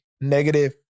negative